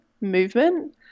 movement